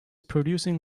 producing